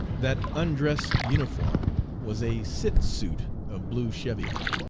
that undress uniform was a cit suit of blue cheviot.